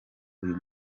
uyu